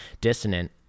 dissonant